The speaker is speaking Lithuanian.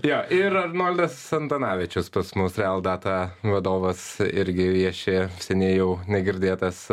jo ir arnoldas antanavičius pas mus real data vadovas irgi vieši seniai jau negirdėtas